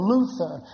Luther